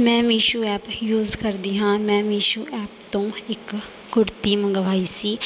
ਮੈਂ Meesho app use ਕਰਦੀ ਹਾਂ ਮੈਂ ਮੀਸ਼ੋ ਐਪ ਤੋਂ ਇੱਕ ਕੁੜਤੀ ਮੰਗਵਾਈ ਸੀ